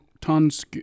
Tons